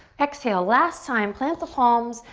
exhale, last time. plant the palms,